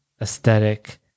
aesthetic